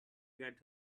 get